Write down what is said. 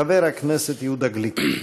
חבר הכנסת יהודה גליק.